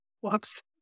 Whoops